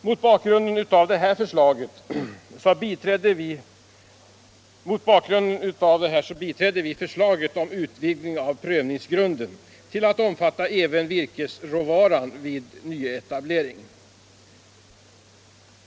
Mot den bakgrunden biträdde vi förslaget om utvidgning av prövningsgrunden till att omfatta även virkesråvara vid nyetablering.